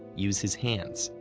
use his hands,